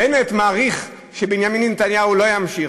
בנט מעריך שבנימין נתניהו לא ימשיך,